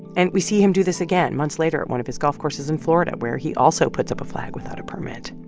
and we see him do this again months later at one of his golf courses in florida, where he also puts up a flag without a permit